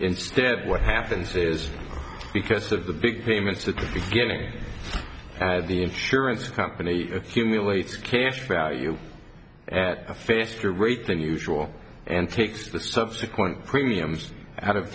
instead what happens is because of the big payments the beginning of the insurance company accumulates cash value at a faster rate than usual and takes the subsequent premiums out of